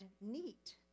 neat